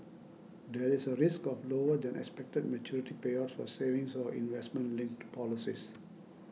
there is a risk of having lower than expected maturity payouts for savings or investment linked policies